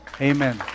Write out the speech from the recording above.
Amen